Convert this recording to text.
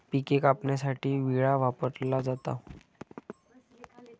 पिके कापण्यासाठी विळा वापरला जातो